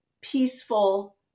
peaceful